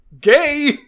Gay